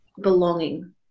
belonging